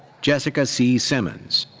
jessica c. simmons.